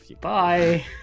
Bye